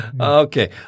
Okay